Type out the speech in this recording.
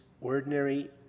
ordinary